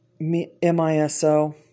MISO